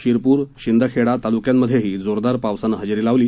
शिरपूर शिंदखेडा तालुक्यांमध्येही जोरदार पावसाने हजेरी लावली